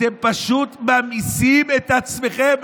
אתם פשוט ממאיסים את עצמכם.